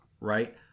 right